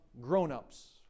grown-ups